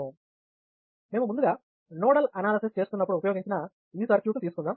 మేము ముందుగా nodal analysis చేస్తున్నప్పుడు ఉపయోగించిన ఈ సర్క్యూట్ ను తీసుకుందాం